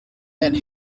and